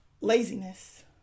Laziness